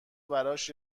براش